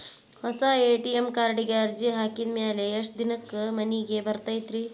ಹೊಸಾ ಎ.ಟಿ.ಎಂ ಕಾರ್ಡಿಗೆ ಅರ್ಜಿ ಹಾಕಿದ್ ಮ್ಯಾಲೆ ಎಷ್ಟ ದಿನಕ್ಕ್ ಮನಿಗೆ ಬರತೈತ್ರಿ?